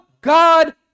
God